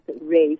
race